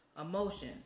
emotion